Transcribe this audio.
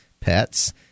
pets